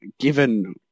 given